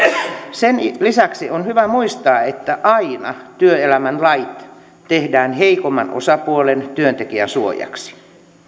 sen lisäksi on hyvä muistaa että aina työelämän lait tehdään heikomman osapuolen työntekijän suojaksi